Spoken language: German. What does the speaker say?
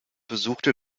besuchte